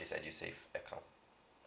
this edusave account